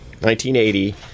1980